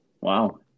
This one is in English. Wow